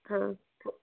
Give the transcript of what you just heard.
हाँ